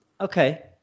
Okay